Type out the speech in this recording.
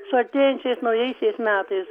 su artėjančiais naujaisiais metais